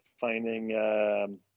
finding